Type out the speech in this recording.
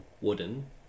wooden